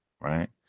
right